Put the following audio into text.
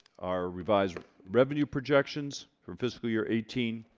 our revised revenue projections for fiscal year eighteen,